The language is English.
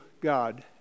God